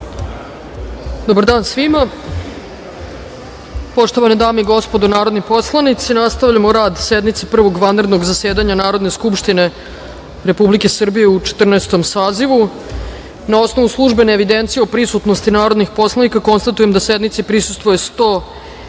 Dobar dan svima. Poštovane dame i gospodo narodni poslanici, nastavljamo rad sednice Prvog vanrednog zasedanja Narodne skupštine Republike Srbije u Četrnaestom sazivu. Na osnovu službene evidencije o prisutnosti narodnih poslanika, konstatujem da sednici prisustvuju 101